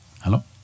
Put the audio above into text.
Hello